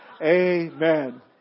Amen